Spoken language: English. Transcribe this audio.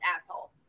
asshole